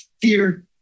fear